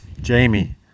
Jamie